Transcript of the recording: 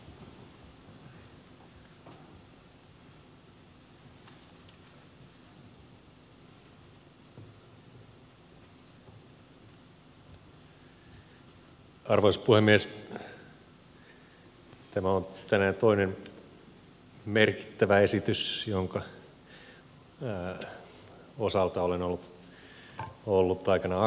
tämä on tänään toinen merkittävä esitys jonka osalta olen ollut aikanaan aktiivinen